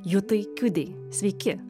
jutai kiudei sveiki